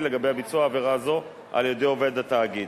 לגבי ביצוע עבירה זו על-ידי עובד התאגיד.